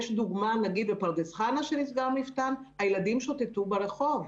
בפרדס חנה כשנסגר מפתן הילדים שוטטו ברחוב.